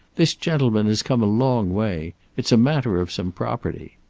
this gentleman has come a long way. it's a matter of some property.